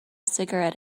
cigarette